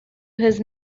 his